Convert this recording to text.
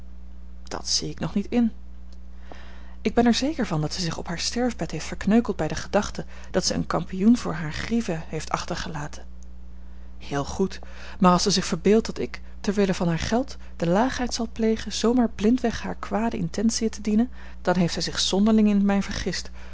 dat zie ik nog niet in ik ben er zeker van dat zij zich op haar sterfbed heeft verkneukeld bij de gedachte dat zij eene kampioen voor hare grieven heeft achtergelaten heel goed maar als zij zich verbeeldt dat ik ter wille van haar geld de laagheid zal plegen zoo maar blindweg hare kwade intentiën te dienen dan heeft zij zich zonderling in mij vergist